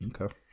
okay